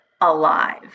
alive